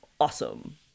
awesome